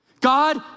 God